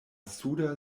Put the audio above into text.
suda